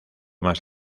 más